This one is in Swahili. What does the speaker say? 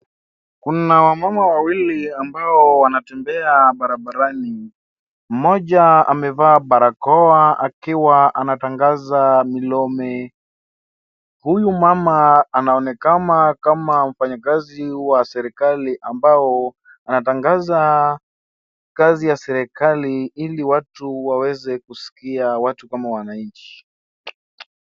Kuna wamama wawili ambao wanatembea barabarani. Mmoja amevaa barakoa akiwa anatangaza milome. Huyu mama anaonekana kama mfanyikazi wa serikali ambao anatangaza kazi ya serikali ili watu waweze kuskia, watu kama wananchi.